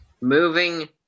Moving